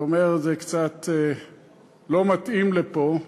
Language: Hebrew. אומר, זה קצת לא מתאים לפה: